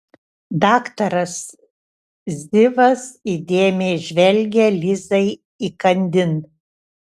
daktaras zivas įdėmiai žvelgė lizai įkandin